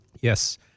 yes